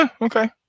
Okay